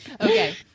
Okay